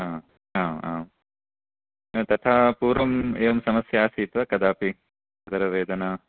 हा आ आं तथा पूर्वम् इयं समस्या आसीत् कदापि उदरवेदना